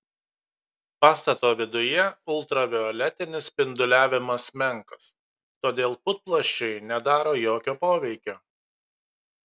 pastato viduje ultravioletinis spinduliavimas menkas todėl putplasčiui nedaro jokio poveikio